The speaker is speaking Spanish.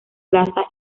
plaza